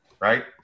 Right